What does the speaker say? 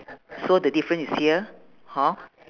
so the different is here hor